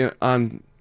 on